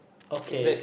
okay